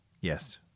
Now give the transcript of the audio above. Yes